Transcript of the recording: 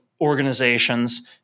organizations